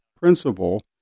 principal